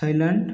Thailand